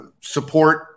support